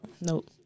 Nope